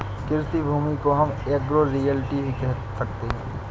कृषि भूमि को हम एग्रो रियल्टी भी कह सकते है